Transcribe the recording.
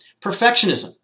Perfectionism